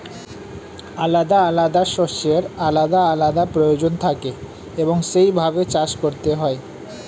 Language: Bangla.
আলাদা আলাদা শস্যের আলাদা আলাদা প্রয়োজন থাকে এবং সেই ভাবে চাষ করতে হয়